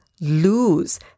lose